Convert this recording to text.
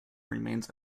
remains